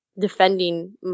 defending